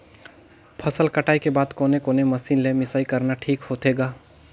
फसल कटाई के बाद कोने कोने मशीन ले मिसाई करना ठीक होथे ग?